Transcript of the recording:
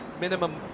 minimum